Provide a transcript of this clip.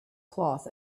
cloth